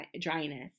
dryness